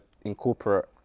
incorporate